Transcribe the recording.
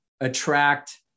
attract